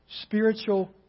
spiritual